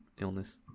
illness